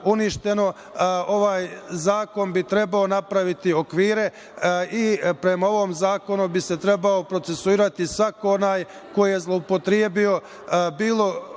uništeno. Ovaj zakon bi trebao napraviti okvire i prema ovom zakonu bi se trebao procesuirati svako onaj ko je zloupotrebio bilo